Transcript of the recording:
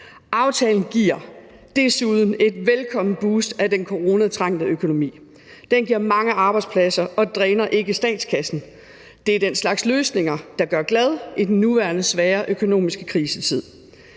Aftalen giver desuden et velkomment boost af den coronatrængte økonomi. Den giver mange arbejdspladser og dræner ikke statskassen. Det er den slags løsninger, der gør glad i den nuværende svære økonomiske krisetid.